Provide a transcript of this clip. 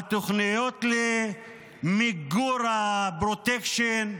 על תוכניות למיגור הפרוטקשן,